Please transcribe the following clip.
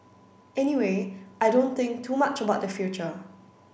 anyway I don't think too much about the future